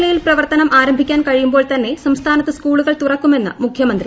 സാധാരണനിലയിൽ പ്രവർത്തനം ആരംഭിക്കാൻ കഴിയുമ്പോൾ തന്നെ സംസ്ഥാനത്ത് സ്കൂളുകൾ തുറക്കുമെന്ന് മുഖ്യമന്ത്രി